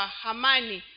hamani